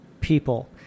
people